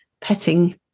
petting